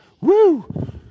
Woo